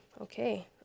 okay